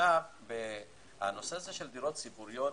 הנושא של דירות ציבוריות